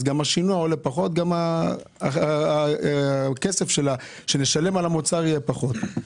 אז גם השינוע עולה פחות וגם הכסף שנשלם על המוצר יהיה פחות.